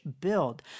build